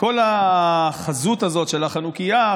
כל החזות של החנוכייה,